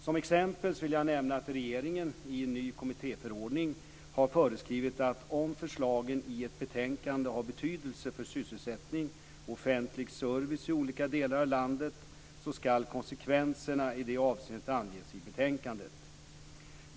Som exempel vill jag nämna att regeringen i en ny kommittéförordning har föreskrivit att om förslagen i ett betänkande har betydelse för sysselsättning och offentlig service i olika delar av landet så ska konsekvenserna i det avseendet anges i betänkandet.